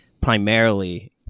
primarily